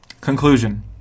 Conclusion